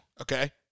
Okay